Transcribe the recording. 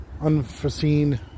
unforeseen